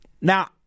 Now